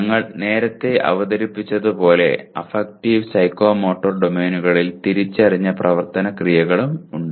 ഞങ്ങൾ നേരത്തെ അവതരിപ്പിച്ചതുപോലെ അഫക്റ്റീവ് സൈക്കോമോട്ടർ ഡൊമെയ്നുകളിൽ തിരിച്ചറിഞ്ഞ പ്രവർത്തന ക്രിയകളും ഉണ്ട്